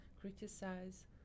criticize